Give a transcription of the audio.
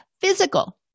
Physical